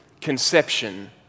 conception